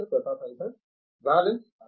professor Pratap Haridas valence